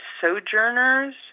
sojourners